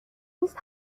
نیست